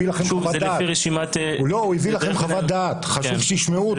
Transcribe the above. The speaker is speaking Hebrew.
לכם את חוות הדעת וחשוב שישמעו אותו.